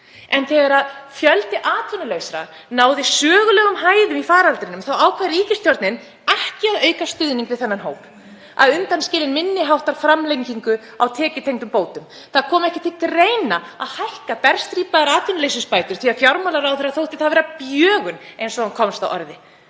En þegar fjöldi atvinnulausra náði sögulegum hæðum í faraldrinum ákvað ríkisstjórnin ekki að auka stuðning við þann hóp, að undanskilinni minni háttar framlengingu á tekjutengdum bótum, það kom ekki til greina að hækka berstrípaðar atvinnuleysisbætur því að fjármálaráðherra þótti það vera bjögun, eins og hann komst að orði.